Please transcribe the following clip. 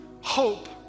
hope